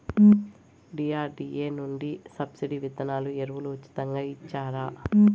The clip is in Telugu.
డి.ఆర్.డి.ఎ నుండి సబ్సిడి విత్తనాలు ఎరువులు ఉచితంగా ఇచ్చారా?